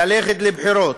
ללכת לבחירות.